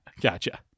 gotcha